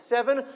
Seven